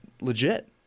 legit